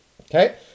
Okay